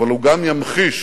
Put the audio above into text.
וגם ימחיש